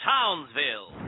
Townsville